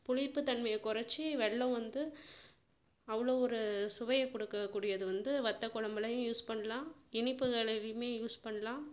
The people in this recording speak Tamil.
புளிப்புத் தன்மையை குறச்சி வெல்லம் வந்து அவ்வளோ ஒரு சுவையை கொடுக்கக்கூடியது வந்து வத்தக்குழம்புலையும் யூஸ் பண்ணலாம் இனிப்புகளையுமே யூஸ் பண்ணலாம்